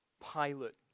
pilot